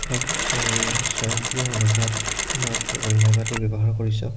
হয় মই স্বয়ংক্ৰিয় অনুবাদ বা গগল মেপ আদি ব্যৱহাৰ কৰিছোঁ